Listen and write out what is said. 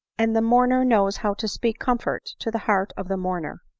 and the mourner knows how to speak comfort to the heart of the mourner.